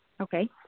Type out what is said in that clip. Okay